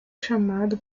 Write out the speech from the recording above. chamado